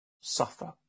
suffer